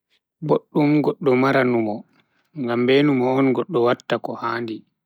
Boduum goddo mara numo, ngam be numo on goddo watta ko handi.